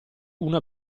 una